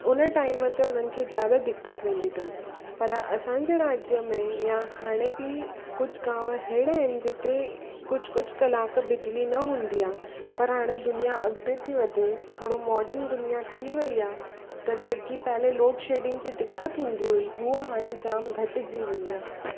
उन टाइम ते उन्हनि खे ज्यादा दिक़तूं ईंदी अथनि पर असांजे राज्य में या हाणे बि कुझु गांव अहिड़ा आहिनि जिते कुझु कुझु कलाक बिजली न हूंदी आहे पर हाणे दुनिया अॻिते थी वधे थोरो मोर्डन दुनिया थी वई आहे त जेकी पहिले लोड शेडिंग जी दिक़त हूंदी हुई उहो हाणे जाम घटिजी वई आहे